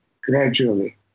gradually